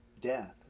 death